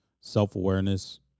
self-awareness